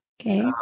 Okay